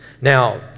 Now